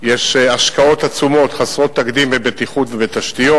יש השקעות עצומות חסרות תקדים בבטיחות ובתשתיות.